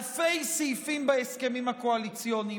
אלפי סעיפים בהסכמים הקואליציוניים,